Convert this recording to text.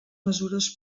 mesures